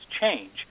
change